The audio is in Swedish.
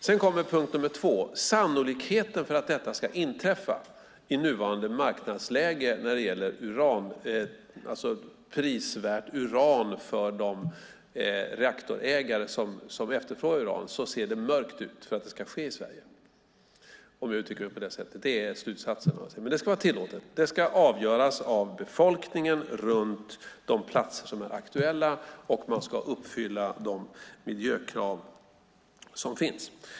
Sedan kommer punkt nummer två: Sannolikheten för att detta ska inträffa i nuvarande marknadsläge när det gäller prisvärt uran för de reaktorägare som efterfrågar uran är låg. Det ser mörkt ut för att det ska ske i Sverige, om jag uttrycker mig på det sättet. Det är slutsatsen. Det ska dock vara tillåtet. Det ska avgöras av befolkningen runt de platser som är aktuella, och man ska uppfylla de miljökrav som finns.